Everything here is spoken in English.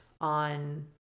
on